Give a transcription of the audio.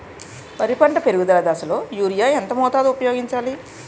వరి పంట పెరుగుదల దశలో యూరియా ఎంత మోతాదు ఊపయోగించాలి?